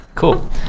Cool